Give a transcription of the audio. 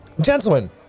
Gentlemen